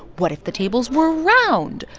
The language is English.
what if the tables were round?